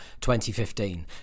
2015